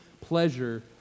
pleasure